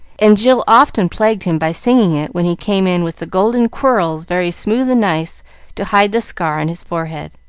and jill often plagued him by singing it when he came in with the golden quirls very smooth and nice to hide the scar on his forehead.